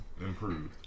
Improved